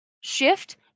shift